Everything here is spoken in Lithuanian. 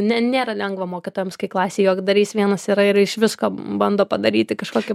ne nėra lengva mokytojams kai klasė juokdarys vienas yra ir iš visko bando padaryti kažkokį